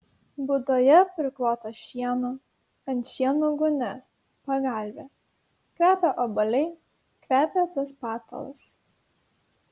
būdoje priklota šieno ant šieno gūnia pagalvė kvepia obuoliai kvepia tas patalas